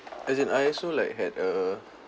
as in I also like had a